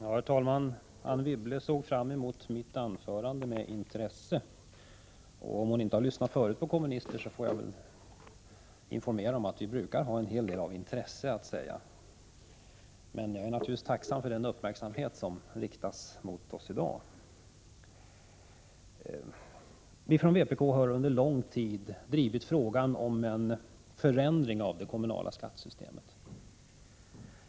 Herr talman! Anne Wibble såg fram mot mitt anförande med intresse, sade hon. Om hon inte har lyssnat förut på kommunister, får jag väl informera om att vi brukar ha en hel del av intresse att säga. Jag är naturligtvis tacksam för den uppmärksamhet som riktas mot oss i dag. Vi i vpk har under lång tid drivit frågan om en förändring av det kommunala skattesystemet.